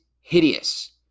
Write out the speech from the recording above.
hideous